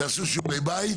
תעשו שיעורי בית.